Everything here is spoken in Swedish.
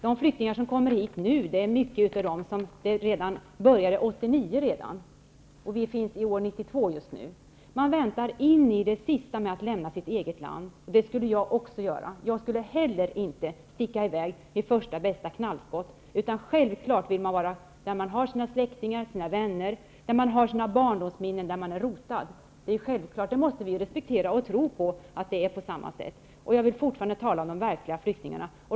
De flyktingar som kommer hit nu är de som var svårt utsatta redan 1989. Vi har 1992 just nu. Man väntar in i det sista med att lämna sitt eget land. Det skulle jag också göra. Jag skulle heller inte sticka i väg vid första bästa knallskott. Självklart vill man vara där man har sina släktingar och sina vänner, där man har sina barndomsminnen och där man är rotad. Det är självklart. Det måste vi respektera, och vi måste tro att det är på samma sätt för alla. Jag vill fortfarande tala om de verkliga flyktingarna.